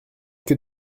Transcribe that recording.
que